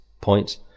point